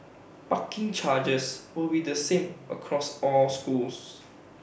parking charges will be the same across all schools